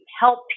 help